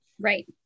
Right